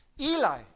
Eli